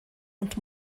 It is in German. und